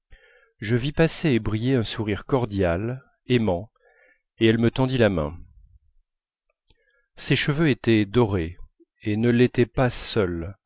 je vis passer et briller un sourire cordial aimant et elle me tendit la main ses cheveux étaient dorés et ne l'étaient pas seuls